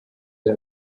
der